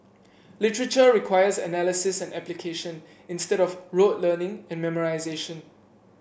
literature requires analysis and application instead of rote learning and memorisation